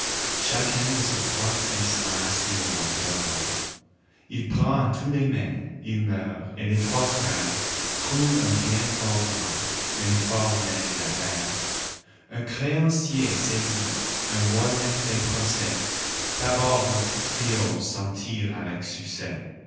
chacun de ses trois fils l'en assure en pleurant il prend à tous les mains il meurt et les trois frères trouvent un bien fort grand mais fort mêlé d'affaires un créancier saisit un voisin fait procès d'abord notre trio s'en tire avec succès